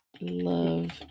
love